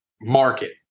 market